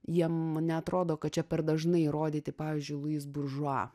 jiem neatrodo kad čia per dažnai įrodyti pavyzdžiui luis buržua